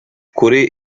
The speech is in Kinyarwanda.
kuri